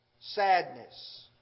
Sadness